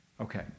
Okay